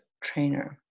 trainer